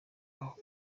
aho